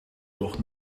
toch